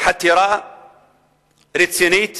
חתירה רצינית